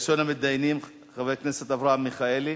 ראשון המתדיינים, חבר הכנסת אברהם מיכאלי,